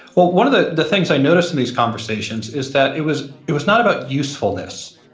well, one of the the things i noticed in these conversations is that it was it was not about usefulness.